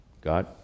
God